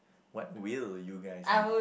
what will you guys be